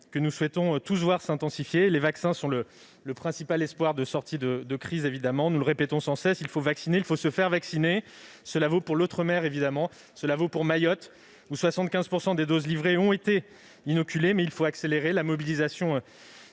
que nous souhaitons tous voir s'intensifier. Les vaccins sont le principal espoir de sortie de crise. Nous le répétons sans cesse : il faut vacciner et il faut se faire vacciner. Cela vaut pour l'outre-mer, évidemment, et cela vaut pour Mayotte, où 75 % des doses livrées ont été inoculées. Il faut néanmoins accélérer. La mobilisation